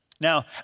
Now